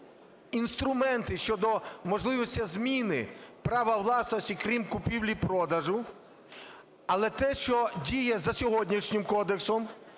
інструменти щодо можливості зміни права власності, крім купівлі-продажу, але те, що діє за сьогоднішнім кодексом,